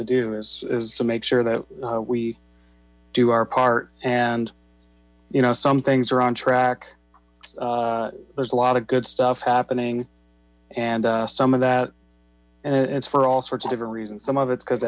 to do is to make sure that we do our part and you know some things are on track there's a lot of good stuff happening and some of that and it's for all sorts of different reasons some of it's because